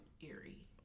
eerie